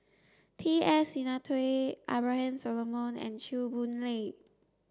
T S Sinnathuray Abraham Solomon and Chew Boon Lay